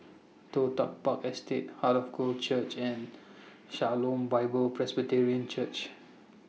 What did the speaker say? Toh Tuck Park Estate Heart of God Church and Shalom Bible Presbyterian Church